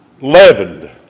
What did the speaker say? leavened